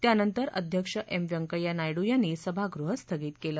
त्यानंतर अध्यक्ष एम व्यंकय्या नायडू यांनी सभागृह स्थगित केलं